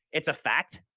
it's a fact.